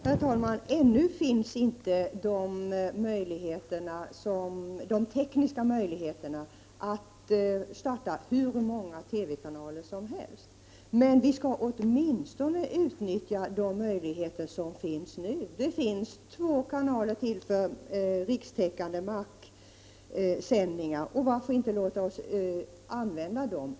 Herr talman! Ännu finns inte de tekniska möjligheterna att starta hur många TV-kanaler som helst. Men vi skall åtminstone utnyttja de möjligheter som finns nu. Det finns två kanaler till för rikstäckande marksändningar, varför inte låta oss använda dem?